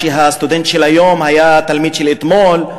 שהסטודנט של היום היה התלמיד של אתמול,